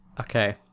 Okay